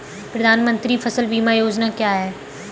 प्रधानमंत्री फसल बीमा योजना क्या है?